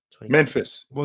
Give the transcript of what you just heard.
Memphis